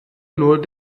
nur